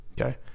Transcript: Okay